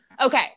Okay